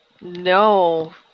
No